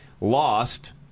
lost